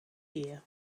year